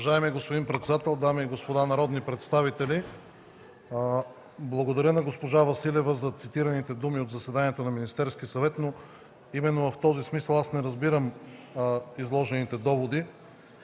Уважаеми господин председател, дами и господа народни представители! Благодаря на госпожа Василева за цитираните думи от заседанието на Министерския съвет, но в този смисъл аз не разбирам изложените доводи,